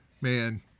Man